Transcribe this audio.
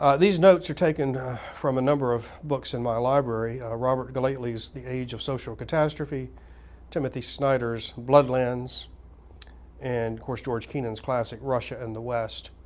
ah these notes are taken from a number of books in my library robert gellately's the age of social catastrophe timothy snyder's bloodlands and of course, george kennan's classic russia and the west,